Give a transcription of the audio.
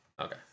Okay